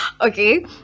okay